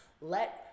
let